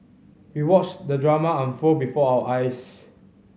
we watched the drama unfold before our eyes